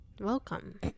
Welcome